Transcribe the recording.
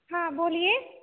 हॅं बोलिये